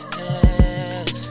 yes